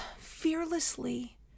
fearlessly